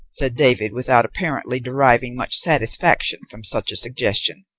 said david, without apparently deriving much satisfaction from such a suggestion.